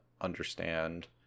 understand